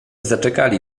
zaczekali